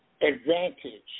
advantage